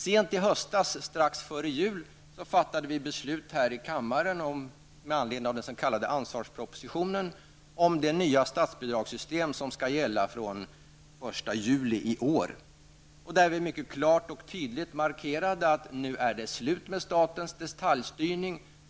Sent i höstas strax före jul fattade vi beslut här i kammaren med anledning av den s.k. ansvarspropositionen om det nya statsbidragssystem som skall gälla från den 1 juli i år. Riksdagen markerade mycket klart och tydligt att det nu är slut med statens detaljstyrning.